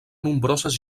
nombroses